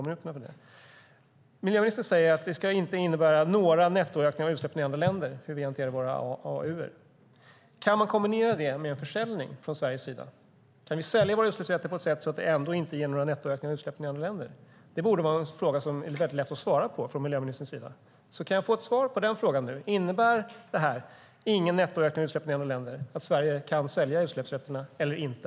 Miljöministern säger att det inte ska innebära några nettoökningar av utsläppen i andra länder hur vi hanterar våra AAU:er. Kan man kombinera det med försäljning från Sveriges sida? Kan vi sälja våra utsläppsrätter på ett sätt så att det inte ger några nettoökningar av utsläppen i andra länder? Det borde vara lätt för miljöministern att svara på, så kan jag få ett svar? Innebär detta, alltså ingen nettoökning av utsläppen i andra länder, att Sverige kan sälja utsläppsrätterna eller inte?